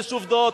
יש עובדות.